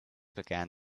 began